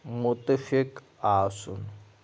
مُتفِق آسُن